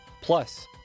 plus